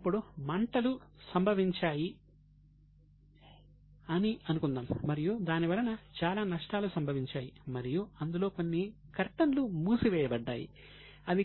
ఇప్పుడు మంటలు సంభవించాయని అనుకుందాం మరియు దానివలన చాలా నష్టాలు సంభవించాయి మరియు అందులో కొన్ని కర్టన్లు మూసివేయబడ్డాయి అవి